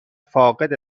فاقد